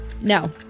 No